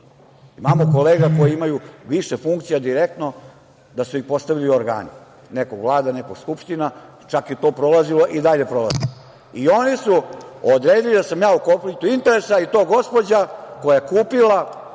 Imamo kolege koje imaju više funkcija direktno da su ih postavili organi, nekog Vlada, nekog Skupština, čak je to prolazilo i dalje prolazi. Oni su odredili da sam ja u konfliktu interesa, i to gospođa koja je